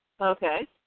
Okay